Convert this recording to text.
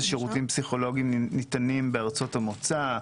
שירותים פסיכולוגיים ניתנים בארצות המוצא.